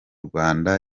rwanda